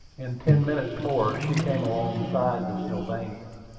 in ten minutes more she came alongside the sylvania.